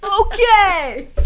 Okay